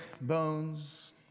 bones